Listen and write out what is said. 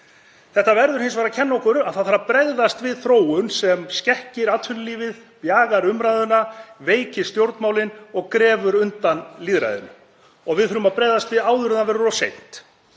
Þetta verður hins vegar að kenna okkur að það þarf að bregðast við þróun sem skekkir atvinnulífið, bjagar umræðuna, veikir stjórnmálin og grefur undan lýðræðinu og við þurfum að bregðast við áður en það verður of seint.